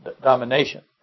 domination